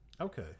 Okay